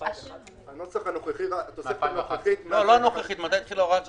התוספת הנוכחית -- לא הנוכחית.